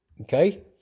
Okay